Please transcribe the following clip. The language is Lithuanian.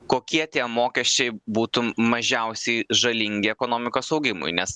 kokie tie mokesčiai būtų mažiausiai žalingi ekonomikos augimui nes